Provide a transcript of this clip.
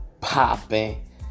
popping